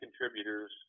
contributors